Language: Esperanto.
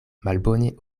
malbone